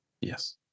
Yes